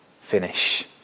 finish